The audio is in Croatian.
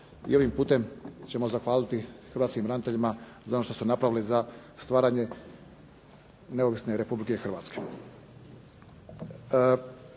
i ovim putem ćemo zahvaliti hrvatskim braniteljima za ono što su napravili za stvaranje neovisne Republike Hrvatske.